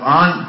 on